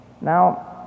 Now